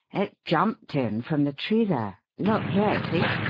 it jumped in from the tree there. look here see!